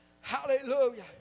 Hallelujah